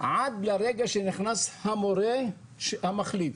עד לרגע שנכנס המורה המחליף.